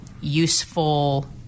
useful